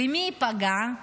ומי ייפגע?